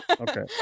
Okay